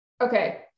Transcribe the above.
Okay